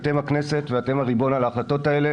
אתם הכנסת ואתם הריבון על ההחלטות האלה,